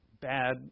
bad